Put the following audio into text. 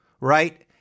right